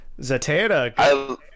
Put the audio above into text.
Zatanna